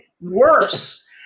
worse